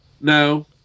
No